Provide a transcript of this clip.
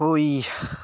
ᱦᱳᱭ